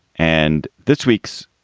and this week's.